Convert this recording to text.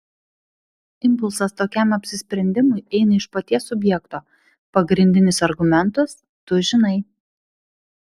impulsas tokiam apsisprendimui eina iš paties subjekto pagrindinis argumentas tu žinai